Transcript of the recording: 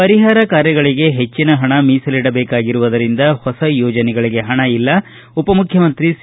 ಪರಿಹಾರ ಕಾರ್ಯಗಳಿಗೆ ಹೆಚ್ಚಿನ ಪಣ ಮೀಸಲಿಡಬೇಕಾಗಿರುವದರಿಂದ ಹೊಸ ಯೋಜನೆಗಳಿಗೆ ಹಣ ಇಲ್ಲ ಉಪಮುಖ್ಚಮಂತ್ರಿ ಸಿ